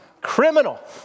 Criminal